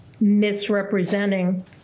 misrepresenting